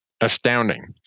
astounding